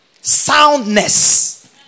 soundness